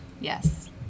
Yes